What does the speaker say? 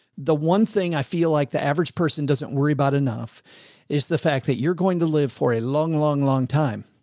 the one thing i feel like the average person doesn't worry about enough is the fact that you're going to live for a long, long, long time.